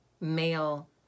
male